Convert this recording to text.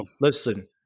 Listen